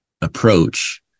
approach